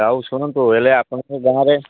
ଆଉ ଶୁଣନ୍ତୁ ହେଲେ ଆପଣଙ୍କ ଗାଁରେ